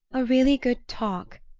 a really good talk,